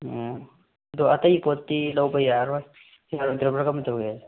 ꯑꯣ ꯑꯗꯣ ꯑꯇꯩ ꯄꯣꯠꯇꯤ ꯂꯧꯕ ꯌꯥꯔꯔꯣꯏ ꯌꯥꯔꯣꯏꯗꯕ꯭ꯔꯥ ꯀꯔꯝ ꯇꯧꯏ